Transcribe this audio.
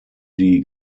die